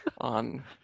on